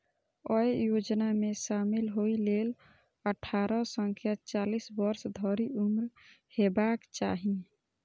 अय योजना मे शामिल होइ लेल अट्ठारह सं चालीस वर्ष धरि उम्र हेबाक चाही